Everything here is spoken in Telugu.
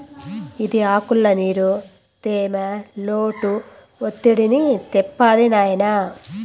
ఇది ఆకుల్ల నీరు, తేమ, లోటు ఒత్తిడిని చెప్తాది నాయినా